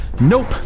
Nope